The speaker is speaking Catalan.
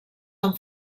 amb